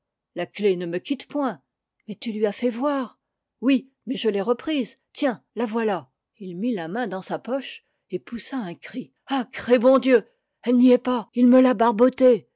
la clef ne me quitte point mais tu la lui as fait voir oui mais je l'ai reprise tiens la voilà il mit la main dans sa poche et poussa un cri ah cré bon dieu elle n'y est pas il me l'a barbotée